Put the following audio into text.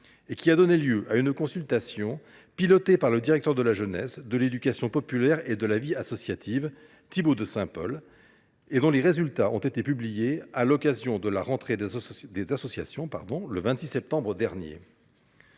qui ont donné lieu à une consultation pilotée par le directeur de la jeunesse, de l’éducation populaire et de la vie associative, Thibaut de Saint Pol, et dont les résultats ont été publiés à l’occasion de la rentrée des associations le 26 septembre dernier.